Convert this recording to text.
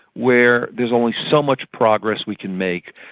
where there is only so much progress we can make,